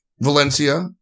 Valencia